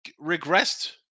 regressed